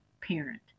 parent